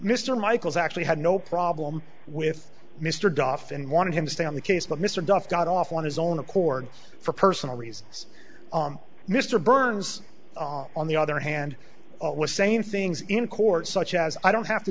mr michaels actually had no problem with mr duff and wanted him to stay on the case but mr duff got off on his own accord for personal reasons mr burns on the other hand was saying things in court such as i don't have to